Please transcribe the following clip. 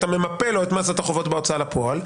אתה ממפה לו את מסת החובות בהוצאה לפועל,